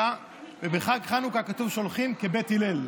ובחג חנוכה אומרים שהולכים כבית הלל.